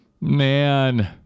Man